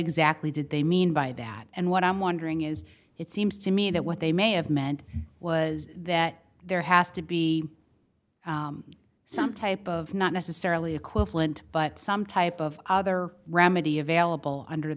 exactly did they mean by that and what i'm wondering is it seems to me that what they may have meant was that there has to be some type of not necessarily equivalent but some type of other remedy available under